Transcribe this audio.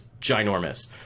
ginormous